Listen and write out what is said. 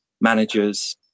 managers